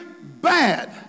bad